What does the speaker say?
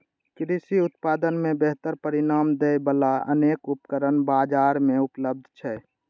कृषि उत्पादन मे बेहतर परिणाम दै बला अनेक उपकरण बाजार मे उपलब्ध छै